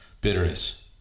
bitterness